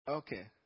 Okay